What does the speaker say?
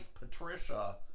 Patricia